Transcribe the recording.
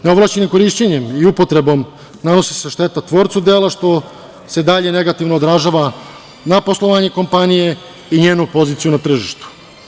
Neovlašćenim korišćenjem i upotrebom nanosi se šteta tvorcu dela, što se dalje negativno održava na poslovanje kompanije i njenu poziciju na tržištu.